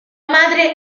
madre